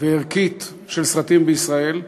וערכית של סרטים בישראל.